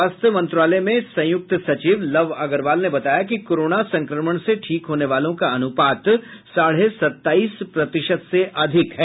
स्वास्थ्य मंत्रालय में संयुक्त सचिव लव अग्रवाल ने बताया कि कोरोना संक्रमण से ठीक होने वालों का अनुपात साढ़े सत्ताईस प्रतिशत से अधिक है